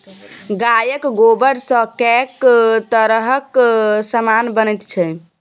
गायक गोबरसँ कैक तरहक समान बनैत छै